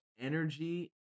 energy